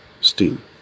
Steam